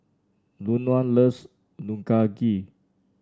Luann loves Unagi